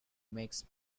makes